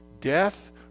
death